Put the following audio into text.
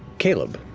caleb.